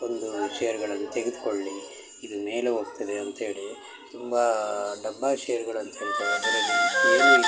ಬಂದೂ ಶೇರುಗಳನ್ನು ತೆಗೆದುಕೊಳ್ಳಿ ಇದು ಮೇಲೆ ಹೋಗ್ತದೆ ಅಂತೇಳಿ ತುಂಬ ಡಬ್ಬಾ ಶೇರುಗಳು ಅಂತ ಕರಿತಾರೆ ಅದರಲ್ಲಿ